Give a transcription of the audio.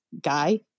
guy